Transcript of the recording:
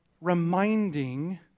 reminding